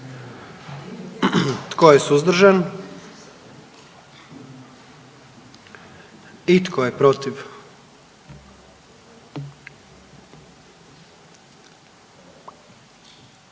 Tko je suzdržan? I tko je protiv?